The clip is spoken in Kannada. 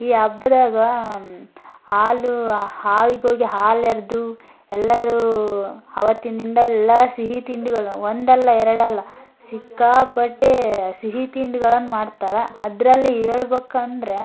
ಈ ಹಬ್ಬದಾಗ ಹಾಲು ಹಾವಿಗೋಗಿ ಹಾಲೆರದು ಎಲ್ಲರೂ ಅವತ್ತಿನ ದಿನದಲ್ಲೆಲ್ಲ ಸಿಹಿ ತಿಂಡಿಗಳು ಒಂದಲ್ಲ ಎರಡಲ್ಲ ಸಿಕ್ಕಾಪಟ್ಟೆ ಸಿಹಿ ತಿಂಡಿಗಳನ್ನು ಮಾಡ್ತಾರೆ ಅದರಲ್ಲಿ ಹೇಳ್ಬೋಕ್ ಅಂದರೆ